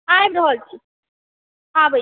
आबि रहल छी आबै छी